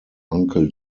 uncle